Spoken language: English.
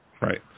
right